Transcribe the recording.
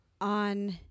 on